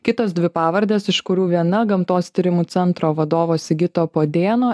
kitos dvi pavardės iš kurių viena gamtos tyrimų centro vadovo sigito podėno